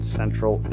central